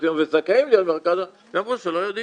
יום וזכאים להיות במרכז יום והם אמרו שהם לא יודעים.